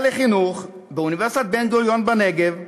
לחינוך באוניברסיטת בן-גוריון בנגב,